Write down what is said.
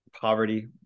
poverty